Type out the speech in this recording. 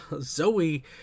Zoe